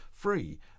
free